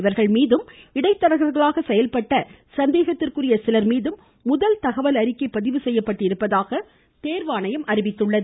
இவர்கள் மீதும் இடைத்தரகர்களாக செயல்பட்ட சந்தேகத்திற்குரிய சிலர் மீதும் முதல் தகவல் அறிக்கை பதிவு செய்யப்பட்டிருப்பதாக தேர்வாணையம் அறிவித்துள்ளது